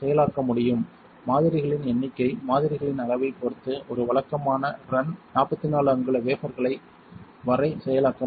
செயலாக்க முடியும் மாதிரிகளின் எண்ணிக்கை மாதிரிகளின் அளவைப் பொறுத்து ஒரு வழக்கமான ரன் 44 அங்குல வேபர்கள் வரை செயலாக்க முடியும்